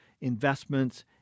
investments